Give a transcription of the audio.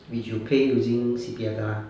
which you pay using C_P_F lah